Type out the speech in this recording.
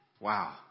Wow